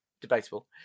debatable